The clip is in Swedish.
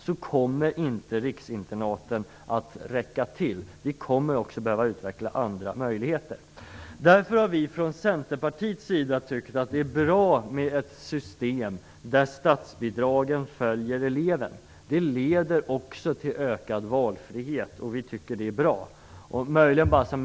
Jag tror därför inte att riksinternaten kommer att räcka till. Vi kommer att behöva utveckla även andra möjligheter. Därför har vi från Centerpartiets sida tyckt att det är bra med ett system där statsbidraget följer eleven. Det leder också till ökad valfrihet, och vi tycker att det är bra.